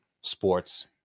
sports